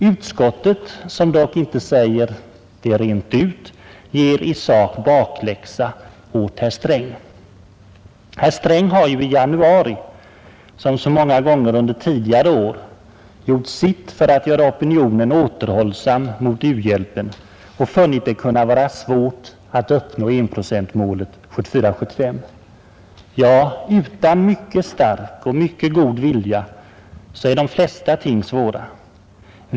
Utskottet — som dock inte säger detta rent ut — ger i sak bakläxa åt herr Sträng. Herr Sträng har ju i januari — som så många gånger under tidigare år — gjort sitt för att göra opinionen återhållsam mot u-hjälpen och funnit det kunna vara svårt att uppnå enprocentsmålet 1974/75. Ja, utan mycket stark och mycket god vilja är de flesta ting svåra.